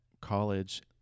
college